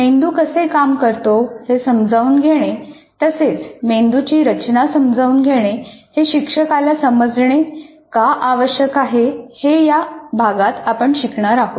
मेंदू कसे काम करतो हे समजावून घेणे तसेच मेंदूची रचना समजावून घेणे हे शिक्षकाला समजणे का आवश्यक आहे हे आपण या भागात शिकणार आहोत